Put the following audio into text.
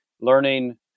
Learning